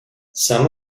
some